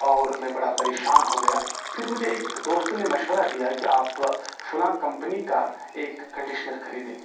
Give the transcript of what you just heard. اور میں بڑا پریشان ہو گیا پھر مجھے ایک دوست نے مشورہ دیا کہ آپ فلاں کمپنی کا ایک کنڈشنر خریدیں